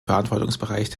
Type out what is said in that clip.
verantwortungsbereich